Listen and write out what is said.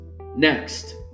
next